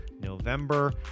November